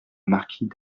marquis